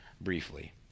briefly